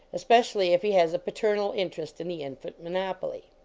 especially if he has a pater nal interest in the infant monopoly.